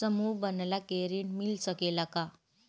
समूह बना के ऋण मिल सकेला का?